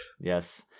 Yes